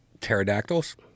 Pterodactyls